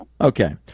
Okay